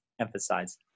emphasize